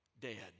dead